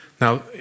Now